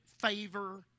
favor